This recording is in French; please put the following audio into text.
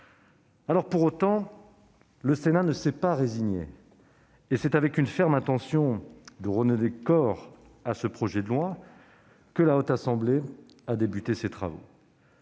Pour autant, le Sénat ne s'est pas résigné. C'est avec une ferme intention de redonner corps à ce projet de loi que la Haute Assemblée a commencé ses travaux.